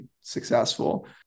successful